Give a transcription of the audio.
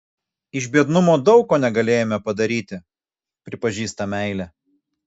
iš biednumo daug ko negalėjome padaryti pripažįsta meilė